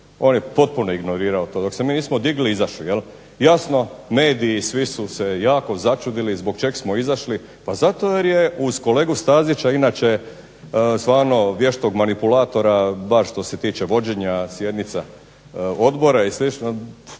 On je potpuno ignorirao to dok se mi nismo digli i izašli. Jasno, mediji i svi su se jako začudili zbog čeg smo izašli. Pa zato jer je uz kolegu Stazića inače zvanog vještog manipulatora bar što se tiče vođenja sjednica odbora i